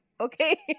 okay